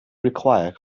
require